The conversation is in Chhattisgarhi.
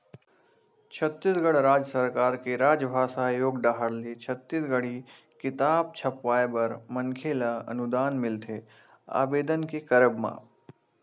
छत्तीसगढ़ राज सरकार के राजभासा आयोग डाहर ले छत्तीसगढ़ी किताब छपवाय बर मनखे ल अनुदान मिलथे आबेदन के करब म